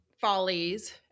follies